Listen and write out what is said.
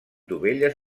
dovelles